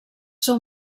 són